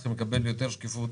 צריכים לקבל ביותר שקיפות,